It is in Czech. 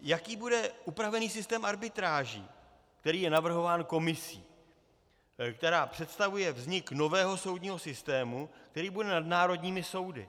Jaký bude upravený systém arbitráží, který je navrhován Komisí, která představuje vznik nového soudního systému, který bude nad národními soudy.